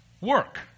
Work